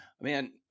man